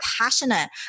passionate